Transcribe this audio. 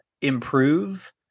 improve